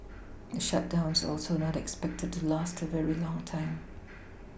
the shutdown is also not expected to last a very long time